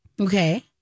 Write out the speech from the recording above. Okay